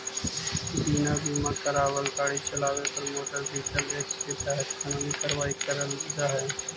बिना बीमा करावाल गाड़ी चलावे पर मोटर व्हीकल एक्ट के तहत कानूनी कार्रवाई करल जा हई